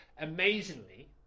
amazingly